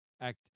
act